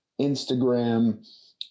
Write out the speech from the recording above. Instagram